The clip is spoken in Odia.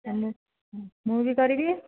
ତା'ହେଲେ ମୁଁ ବି କରିବି